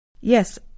Yes